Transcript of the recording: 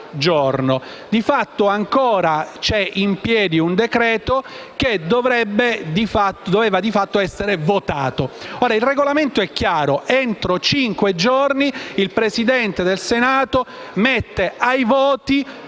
Di fatto, ancora è in piedi un decreto che doveva essere votato. Il Regolamento è chiaro: entro cinque giorni il Presidente del Senato mette ai voti